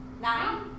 Nine